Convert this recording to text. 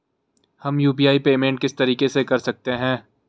हम UPI payment किस तरीके से कर सकते हैं?